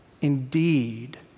Indeed